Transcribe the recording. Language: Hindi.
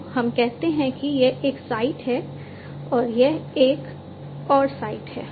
तो हम कहते हैं कि यह एक साइट है और यह एक और साइट है